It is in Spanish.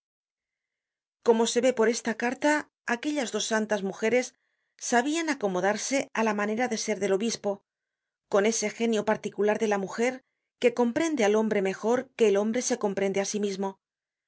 como se ve por esta carta aquellas dos santas mujeres sabian acomodarse á la manera de ser del obispo con ese genio particular de la mujer que comprende al hombre mejor que el hombre se comprende á sí mismo